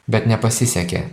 bet nepasisekė